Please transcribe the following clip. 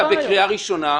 אתה בקריאה ראשונה.